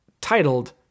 titled